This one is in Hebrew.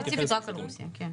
ספציפית רק על רוסיה, כן.